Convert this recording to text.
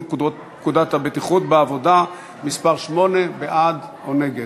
פקודת הבטיחות בעבודה (מס' 8). בעד או נגד.